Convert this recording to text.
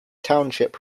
township